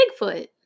Bigfoot